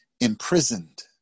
imprisoned